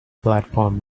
platform